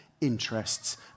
interests